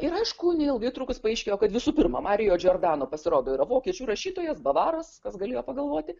ir aišku neilgai trukus paaiškėjo kad visų pirma marijo džordano pasirodo yra vokiečių rašytojas bavaras kas galėjo pagalvoti